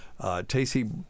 Tacey